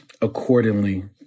accordingly